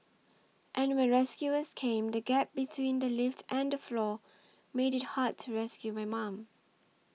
and when rescuers came the gap between the lift and the floor made it hard to rescue my mum